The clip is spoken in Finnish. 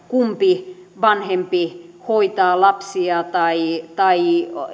kumpi vanhempi hoitaa lapsia tai tai